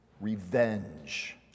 revenge